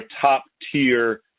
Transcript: top-tier